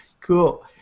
Cool